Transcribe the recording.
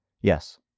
Yes